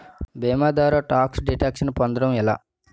భీమా ద్వారా tax deduction పొందటం ఎలా?